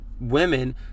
women